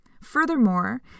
Furthermore